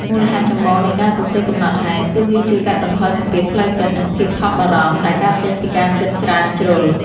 មូលហេតុចម្បងនៃការសរសេរកំណត់ហេតុ គឺវាជួយកាត់បន្ថយសម្ពាធផ្លូវចិត្ត និងភាពថប់បារម្ភដែលកើតចេញពីការគិតច្រើនជ្រុល។